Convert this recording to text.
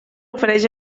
ofereix